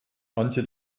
antje